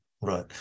right